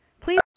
Please